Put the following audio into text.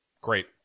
Great